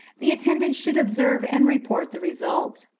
the attendant should observe and report the result.